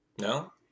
No